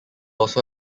also